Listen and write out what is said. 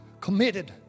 committed